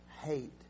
hate